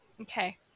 okay